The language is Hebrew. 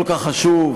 כל כך חשוב,